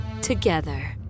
together